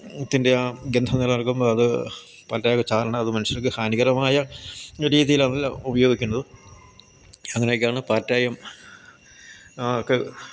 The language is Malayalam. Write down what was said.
അതിൻ്റെ ആ ഗന്ധം നിലനിൽക്കുമ്പോൾ അത് പാറ്റയൊക്കെ ചാകണം അത് മനുഷ്യർക്ക് ഹാനികരമായ രീതിയിലത് ഉപയോഗിക്കുന്നതും അങ്ങനെയൊക്കെയാണ് പാറ്റയും ഒക്കെ